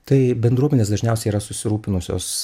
tai bendruomenės dažniausiai yra susirūpinusios